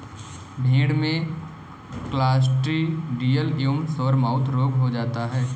भेड़ में क्लॉस्ट्रिडियल एवं सोरमाउथ रोग हो जाता है